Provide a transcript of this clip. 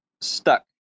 stuck